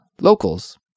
locals